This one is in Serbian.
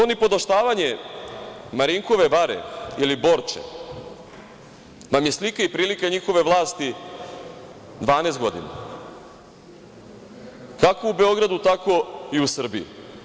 To nipodaštavanje Marinkove bare ili Borče nam je slika i prilika njihove vlasti 12 godina kako u Beogradu, tako i u Srbiji.